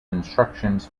instructions